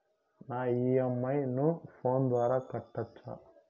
నా ఇ.ఎం.ఐ ను ఫోను ద్వారా కట్టొచ్చా?